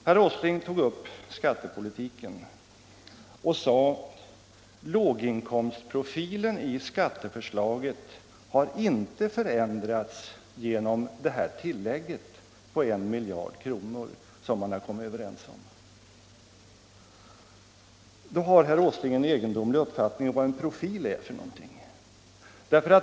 Herr Åsling tog upp skattepolitiken och sade att öåginkomstprofilen i skatteförslaget inte har förändrats genom det tillägg på I miljard kronor man har kommit överens om. Då har herr Åsling en egendomlig uppfattning om vad en profil är för någonting.